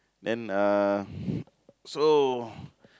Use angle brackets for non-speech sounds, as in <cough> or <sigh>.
then uh <breath> so